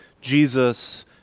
Jesus